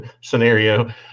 Scenario